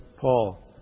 Paul